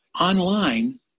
Online